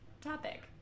topic